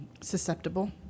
Susceptible